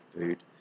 food